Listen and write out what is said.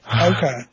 Okay